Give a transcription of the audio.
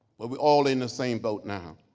but we all in the same boat now.